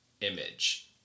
image